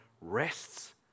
rests